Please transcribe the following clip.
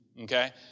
okay